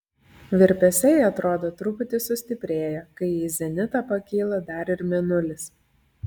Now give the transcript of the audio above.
virpesiai atrodo truputį sustiprėja kai į zenitą pakyla dar ir mėnulis